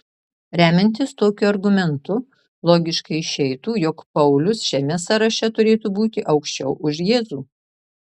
remiantis tokiu argumentu logiškai išeitų jog paulius šiame sąraše turėtų būti aukščiau už jėzų